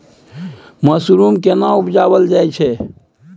Mushroom केना उबजाबल जाय छै?